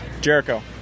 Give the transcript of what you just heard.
Jericho